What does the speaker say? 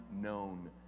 known